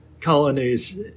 colonies